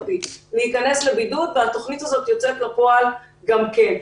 הזאת להיכנס לבידוד והתוכנית הזאת יוצאת אל הפועל גם כן.